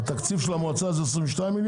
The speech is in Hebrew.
התקציב של המועצה זה 22 מיליון?